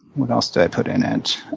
what else do i put in it?